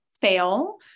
fail